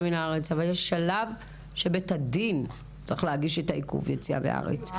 מהארץ אבל יש שלב שבית הדין צריך להגיש את עיכוב היציאה מהארץ.